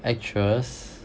actress